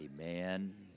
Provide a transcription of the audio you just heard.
amen